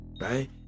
right